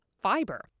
fiber